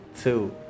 two